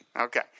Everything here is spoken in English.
Okay